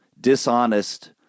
dishonest